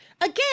Again